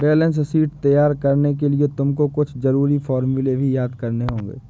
balance sheet तैयार करने के लिए तुमको कुछ जरूरी फॉर्मूले भी याद करने होंगे